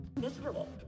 Miserable